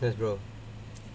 what business brother